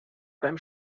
beim